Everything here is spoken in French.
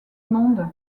monde